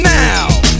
now